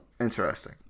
Interesting